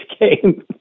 game